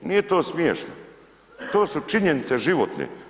Nije to smiješno, to su činjenice životne.